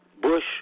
Bush